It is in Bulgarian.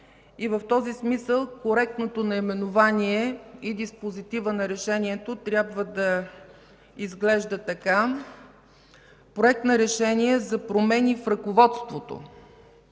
В този смисъл коректното наименование и диспозитивът на решението трябва да изглеждат така: „Проект! РЕШЕНИЕ за промени в ръководството